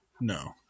No